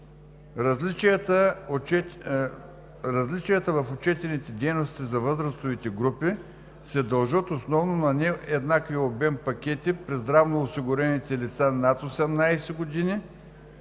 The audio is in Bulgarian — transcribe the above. Различията в отчетените дейности за възрастовите групи се дължат основно на нееднаквия обем пакети при здравноосигурените лица над 18 години